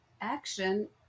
action